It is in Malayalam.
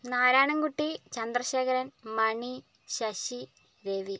നാരായണൻ കുട്ടി ചന്ദ്രശേഖരൻ മണി ശശി രവി